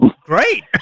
great